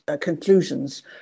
conclusions